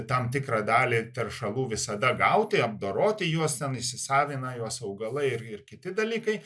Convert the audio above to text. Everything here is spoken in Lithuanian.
tam tikrą dalį teršalų visada gauti apdoroti juos ten įsisavina juos augalai ir ir kiti dalykai